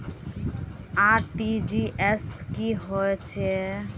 RTGS की होचए?